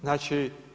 Znači.